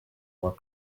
more